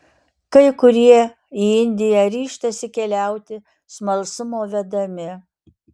kai kurie į indiją ryžtasi keliauti smalsumo vedami